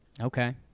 Okay